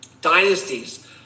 Dynasties